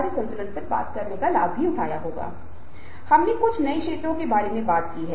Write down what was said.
अपने जीवन के लिए दृष्टि का पता लगाने के लिए अपने भीतर की आवाज को सुनें